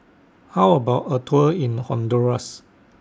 How about A Tour in Honduras